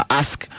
ask